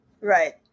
Right